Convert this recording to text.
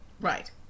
Right